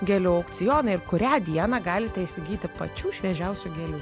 gėlių aukcionai ir kurią dieną galite įsigyti pačių šviežiausių gėlių